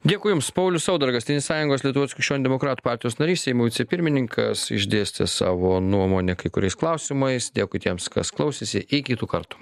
dėkui jums paulius saudargas tėvynės sąjungos lietuvos krikščionių demokratų partijos narys seimo vicepirmininkas išdėstė savo nuomonę kai kuriais klausimais dėkui tiems kas klausėsi iki kitų kartų